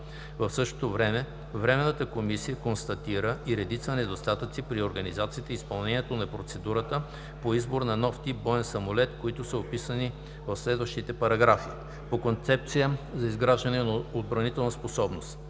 В същото време Временната комисия констатира и редица недостатъци при организацията и изпълнението на процедурата по избор на нов тип боен самолет, които са описани в следващите параграфи. По Концепция за изграждане на отбранителна способност